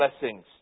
blessings